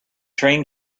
train